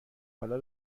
حالا